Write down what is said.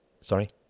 Sorry